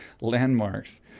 landmarks